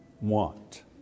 want